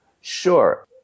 Sure